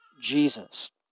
Jesus